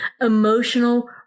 emotional